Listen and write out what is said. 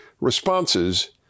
responses